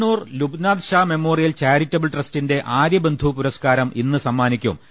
Kannur Lubnath Shah memorial charitable ട്രസ്റ്റിന്റെ ആര്യബന്ധു പുരസ്കാരം ഇന്ന് സമ്മാനിക്കും